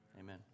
Amen